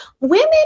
women